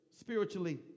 Spiritually